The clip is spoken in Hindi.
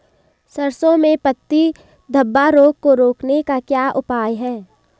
सरसों में पत्ती धब्बा रोग को रोकने का क्या उपाय है?